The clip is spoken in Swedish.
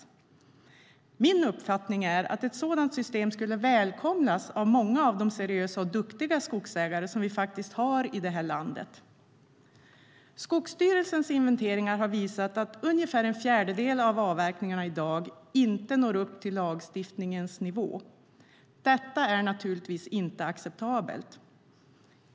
Det är min uppfattning att ett sådant system skulle välkomnas av många av de seriösa och duktiga skogsägare som vi faktiskt har i det här landet. Skogsstyrelsens inventeringar har visat att ungefär en fjärdedel av avverkningarna i dag inte når upp till lagstiftningens nivå. Detta är naturligtvis inte acceptabelt.